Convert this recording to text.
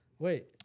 Wait